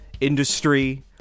industry